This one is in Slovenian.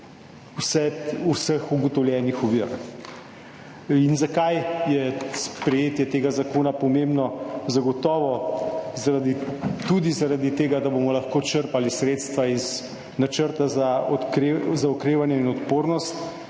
zvezi z omrežjem. Zakaj je sprejetje tega zakona pomembno? Zagotovo tudi zaradi tega, da bomo lahko črpali sredstva iz Načrta za okrevanje in odpornost,